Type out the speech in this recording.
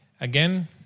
Again